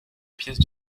pièce